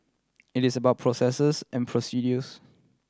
it is about processes and procedures